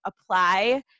apply